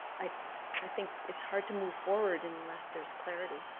i i think it's hard to move forward unless there's clarity.